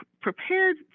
prepared